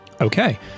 Okay